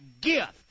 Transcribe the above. gift